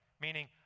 meaning